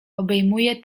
obejmuję